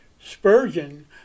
Spurgeon